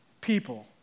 people